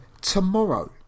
tomorrow